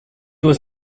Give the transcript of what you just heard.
was